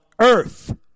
earth